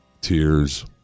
tears